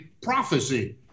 prophecy